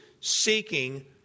seeking